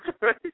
right